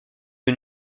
est